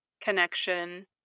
connection